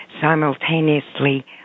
simultaneously